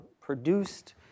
produced